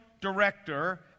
director